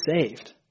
saved